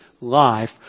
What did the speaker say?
life